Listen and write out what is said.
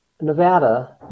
Nevada